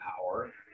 power